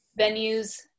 venues